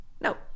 no